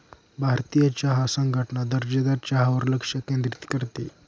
भारतीय चहा संघटना दर्जेदार चहावर लक्ष केंद्रित करते